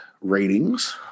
ratings